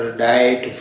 diet